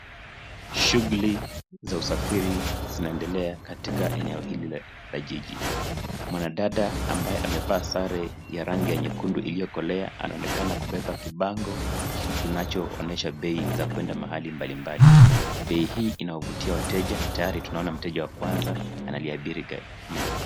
Shuguli za usafiri zinaendelea katika eneo hili la jiji. Mwanadada ambaye amevaa sare ya rangi ya nyekundu iliyokolea anaonekana kubeba kibango kinachoonyesha bei za kuenda mahali mbalimbali. Bei hii inawavutia wateja na tayari tunaonea mteja wa kwanza analiabiri gari hili.